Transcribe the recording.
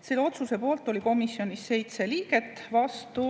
Selle otsuse poolt oli komisjonis 7 liiget, vastu